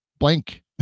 blank